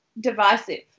divisive